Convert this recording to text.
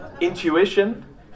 Intuition